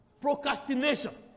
procrastination